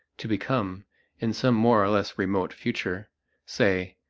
to become in some more or less remote future say,